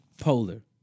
Polar